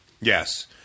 Yes